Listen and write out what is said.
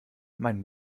meinen